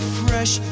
fresh